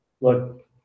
Look